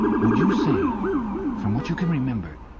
would you say from what you can remember,